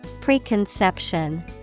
Preconception